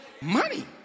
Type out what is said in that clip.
Money